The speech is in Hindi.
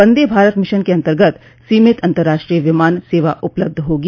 वंदे भारत मिशन के अंतर्गत सीमित अंतराष्ट्रीय विमान सेवा उपलब्ध होगी